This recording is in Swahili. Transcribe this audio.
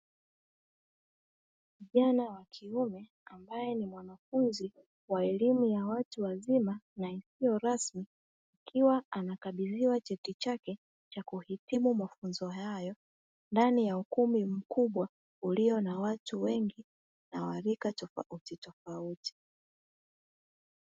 Kijana wa kiume ambaye ni mwanafunzi wa elimu ya watu wazima na isiyo rasmi, akiwa akiwa anakabidhiwa cheti chake cha kuhitimu mafunzo hayo, ndani ya ukumbi mkubwa ulio na watu wengi na wa rika tofautitofauti.